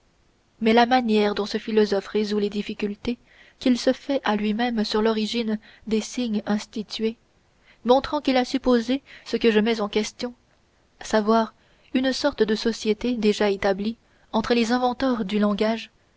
mais la manière dont ce philosophe résout les difficultés qu'il se fait à lui-même sur l'origine des signes institués montrant qu'il a supposé ce que je mets en question savoir une sorte de société déjà établie entre les inventeurs du langage